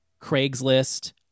Craigslist